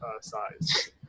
size